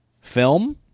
film